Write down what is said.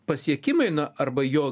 pasiekimai na arba jo